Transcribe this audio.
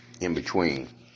in-between